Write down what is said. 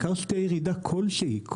העיקר שתהיה ירידה כלשהי.